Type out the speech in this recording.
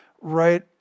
right